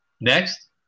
Next